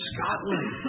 Scotland